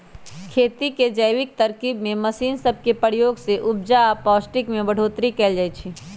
खेती के जैविक तरकिब में मशीन सब के प्रयोग से उपजा आऽ पौष्टिक में बढ़ोतरी कएल जाइ छइ